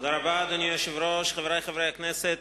אדוני היושב-ראש, תודה רבה, חברי חברי הכנסת,